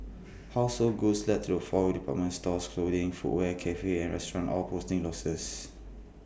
household goods led the falls with department stores clothing footwear cafes and restaurants all posting losses